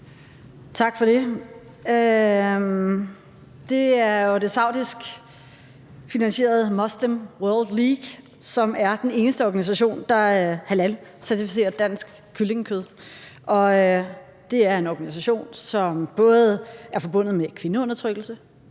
Tak for det. Det er jo den saudisk finansierede Muslim World League, som er den eneste organisation, der halalcertificerer dansk kyllingekød, og det er en organisation, som både er forbundet med kvindeundertrykkelse,